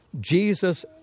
Jesus